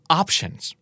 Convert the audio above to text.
options